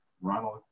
Ronald